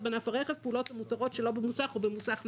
בענף הרכב (פעולות המותרות שלא במוסך או במוסך נייד).